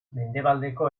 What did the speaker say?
mendebaldeko